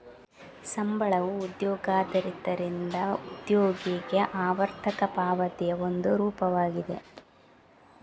ಸಂಬಳವು ಉದ್ಯೋಗದಾತರಿಂದ ಉದ್ಯೋಗಿಗೆ ಆವರ್ತಕ ಪಾವತಿಯ ಒಂದು ರೂಪವಾಗಿದೆ